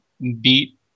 beat